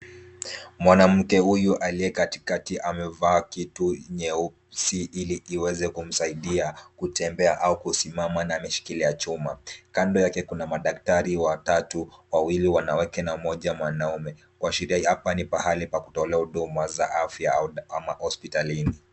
Mwanamke huyu aliye katikati amevaa kitu nyeusi ili iweze kumsaidia kutembea au kusimama na ameshikilia chuma, kando yake kuna madaktari watatu wawili wanawake na mmoja mwanaume kuashiria hapa ni pahali pa kutolea huduma za afya au hospitalini.